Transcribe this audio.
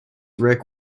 ric